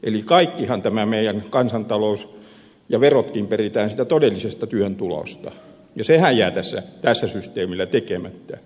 eli kaikkihan tämä meidän kansantalous ja verotkin peritään siitä todellisesta työn tulosta ja sehän jää tässä systeemissä tekemättä